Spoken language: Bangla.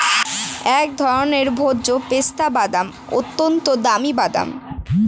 এক ধরনের ভোজ্য পেস্তা বাদাম, অত্যন্ত দামি বাদাম